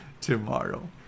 tomorrow